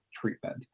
treatment